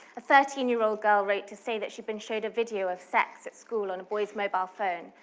a thirteen year old girl wrote to say that she'd been showed a video of sex, at school on a boy's mobile phone,